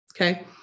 Okay